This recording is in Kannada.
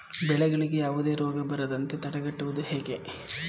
ಬೆಳೆಗಳಿಗೆ ಯಾವುದೇ ರೋಗ ಬರದಂತೆ ತಡೆಗಟ್ಟುವುದು ಹೇಗೆ?